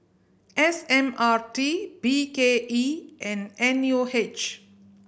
S M R T B K E and N U H